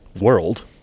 world